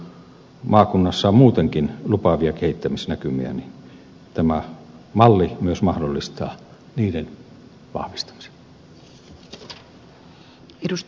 kun maakunnassa on muutenkin lupaavia kehittämisnäkymiä niin tämä malli mahdollistaa myös niiden vahvistamisen